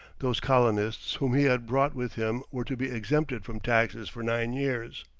those colonists whom he had brought with him were to be exempted from taxes for nine years.